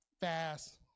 fast